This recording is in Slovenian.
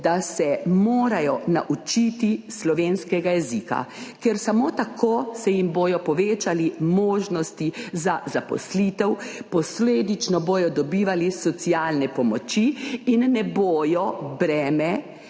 da se morajo naučiti slovenskega jezika, ker samo tako se jim bodo povečale možnosti za zaposlitev, posledično bodo dobivali socialne pomoči in ne bodo breme